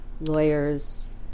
lawyers